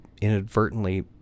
inadvertently